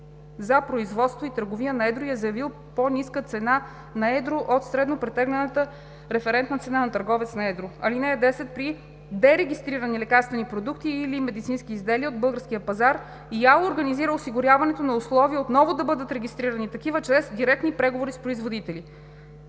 за производство и търговия на едро и е заявил по-ниска цена на едро от „Среднопретеглената референтна цена на търговец на едро“. (10) При дерегистрирани лекарствени продукти и/или медицински изделия от българския пазар ИАЛ организира осигуряването на условия отново да бъдат регистрирани такива чрез директни преговори с производители.